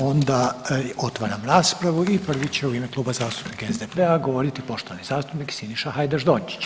Onda otvaram raspravu i prvi će u ime Kluba zastupnika SDP-a govoriti poštovani zastupnik Sniša Hajdaš Dončić.